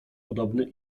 podobny